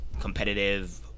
competitive